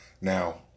Now